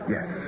Yes